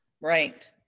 Right